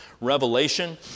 Revelation